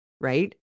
Right